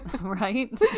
Right